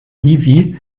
hiwi